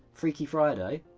freaky friday.